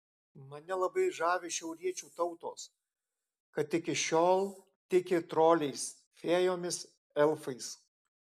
mane labai žavi šiauriečių tautos kad iki šiol tiki troliais fėjomis elfais